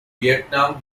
vietnam